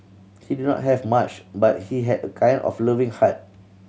he did not have much but he had a kind and loving heart